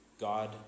God